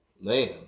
man